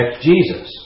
Jesus